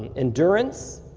endurance.